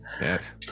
Yes